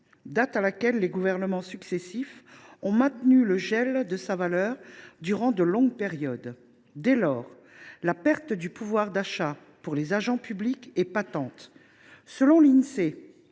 date à laquelle les gouvernements successifs ont maintenu le gel de sa valeur durant de longues périodes. Dès lors, la perte de pouvoir d’achat pour les agents publics est patente : selon l’Insee,